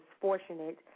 fortunate